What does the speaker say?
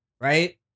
Right